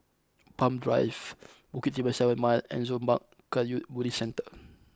Palm Drive Bukit Timah Seven Mile and Zurmang Kagyud Buddhist Centre